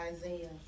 Isaiah